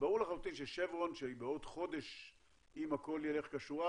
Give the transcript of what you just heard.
ברור לחלוטין שאם הכול ילך כשורה,